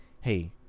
hey